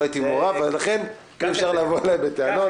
לא הייתי מעורב ולכן אי אפשר לבוא אליי בטענות.